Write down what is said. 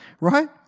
Right